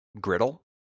griddle